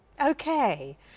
Okay